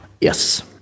Yes